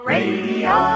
Radio